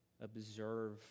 observe